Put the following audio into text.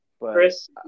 Chris